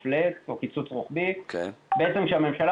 או "פלאט" או קיצוץ רוחבי כאשר הממשלה